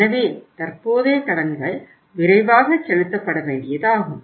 எனவே தற்போதைய கடன்கள் விரைவாகச் செலுத்தப்பட வேண்டியதாகும்